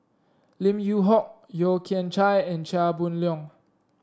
Lim Yew Hock Yeo Kian Chai and Chia Boon Leong